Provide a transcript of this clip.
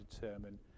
determine